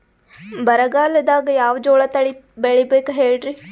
ಬರಗಾಲದಾಗ್ ಯಾವ ಜೋಳ ತಳಿ ಬೆಳಿಬೇಕ ಹೇಳ್ರಿ?